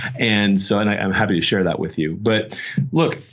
and so and i'm happy to share that with you. but look,